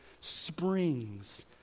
springs